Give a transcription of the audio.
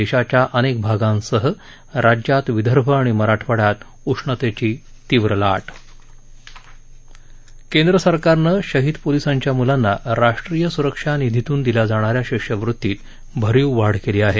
देशाच्या अनेक भागासह राज्यात विदर्भ आणि मराठवाड्यात उष्णतेची तीव्र लाट केंद्र सरकारनं शहीद पोलिसांच्या म्लांना राष्ट्रीय स्रक्षा निधीतून दिल्या जाणा या शिष्यवृत्तीत भरीव वाढ केली आहे